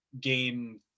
game